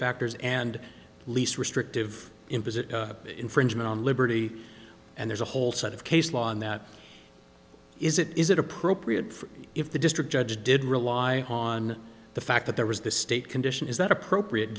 factors and least restrictive in visit infringement on liberty and there's a whole set of case law and that is it is it appropriate for if the district judge did rely on the fact that there was the state condition is that appropriate